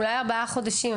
אולי ארבעה חודשים.